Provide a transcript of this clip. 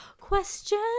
question